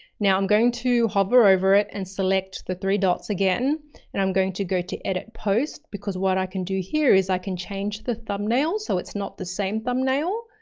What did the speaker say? now, i'm going to hover over it and select the three dots again and i'm going to go to, edit post, because what i can do here is i can change the thumbnail so it's not the same thumbnail.